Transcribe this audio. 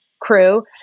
crew